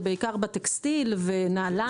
מדובר בפטור לטקסטיל ונעליים.